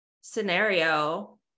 scenario